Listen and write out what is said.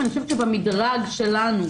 אני חושבת שבמדרג שלנו,